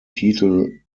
titel